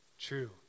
True